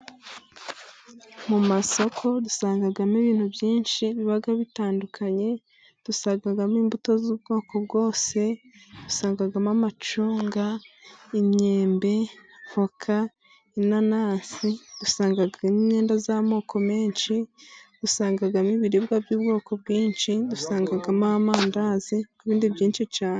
Mu masoko dusangamo ibintu byinshi biba bitandukanye. Dusangamo imbuto z'ubwoko bwose . Dusangagamo amacunga, imyembe ,avoka, inanasi . Dusangamo imyenda y'amoko menshi . Dusangamo ibiribwa by'ubwoko bwinshi .Dusangamo amandazi n'ibindi byinshi cyane.